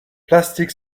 plastic